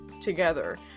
together